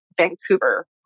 Vancouver